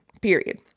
Period